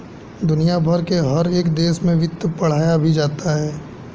दुनिया भर के हर एक देश में वित्त पढ़ाया भी जाता है